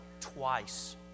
twice